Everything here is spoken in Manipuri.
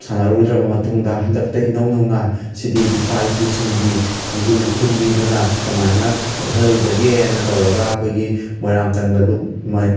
ꯁꯥꯟꯅꯔꯨꯗ꯭ꯔꯕ ꯃꯇꯨꯡꯗ ꯍꯟꯗꯛꯇ ꯏꯅꯧ ꯅꯧꯅ ꯁꯤꯗꯤ ꯏꯄꯥ ꯏꯄꯨꯁꯤꯡꯒꯤ ꯈꯣꯡꯒꯨꯜ ꯂꯤꯈꯨꯟ ꯂꯤꯗꯨꯅ ꯁꯤ ꯀꯃꯥꯏꯅ ꯃꯨꯠꯍꯜꯂꯣꯏꯗꯒꯦꯅ ꯇꯧꯔꯒ ꯑꯩꯈꯣꯏꯒꯤ ꯃꯣꯏꯔꯥꯡ ꯀꯟꯕ ꯂꯨꯞ ꯃꯩ